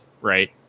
right